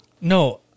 No